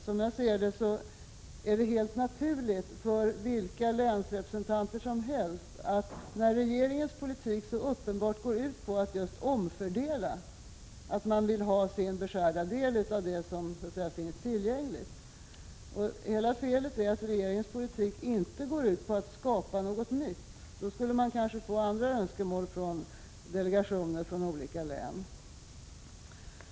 Som jag ser det, är det helt naturligt för vilka länsrepresentanter som helst, när regeringens politik så uppenbart går ut på att just omfördela, att man vill ha sin beskärda del av det som så att säga finns tillgängligt. Hela felet är att regeringens politik inte går ut på att skapa något nytt. Då skulle man kanske få andra önskemål från delegationer från olika län.